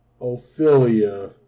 Ophelia